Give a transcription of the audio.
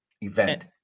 event